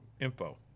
info